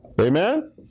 Amen